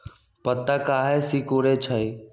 पत्ता काहे सिकुड़े छई?